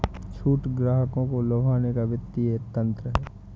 छूट ग्राहकों को लुभाने का वित्तीय तंत्र है